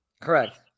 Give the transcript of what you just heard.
Correct